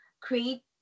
create